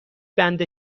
بند